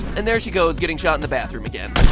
and there she goes getting shot in the bathroom again.